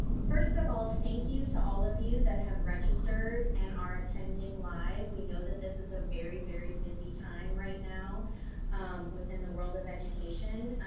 first of all, thank you to all of you that have registered and are attending live. we know that this is a very, very busy time right now within the world of education.